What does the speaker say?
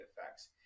effects